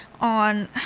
on